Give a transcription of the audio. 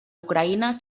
ucraïna